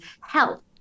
health